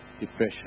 depression